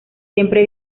siempre